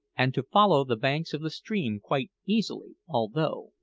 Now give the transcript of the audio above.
and to follow the banks of the stream quite easily, although,